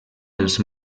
els